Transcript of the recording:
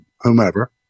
whomever